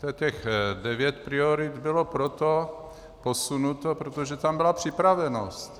Víte, těch 9 priorit bylo proto posunuto, protože tam byla připravenost.